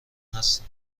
هستم